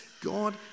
God